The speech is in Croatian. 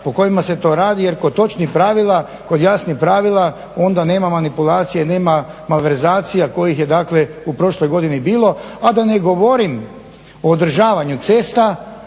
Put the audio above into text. po kojima se to radi jer kod točnih pravila, kod jasnih pravila onda nema manipulacije, nema malverzacija kojih je dakle u prošloj godini bilo. A da ne govorim o održavanju cesta